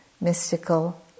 mystical